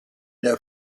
der